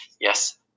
Yes